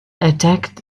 attacked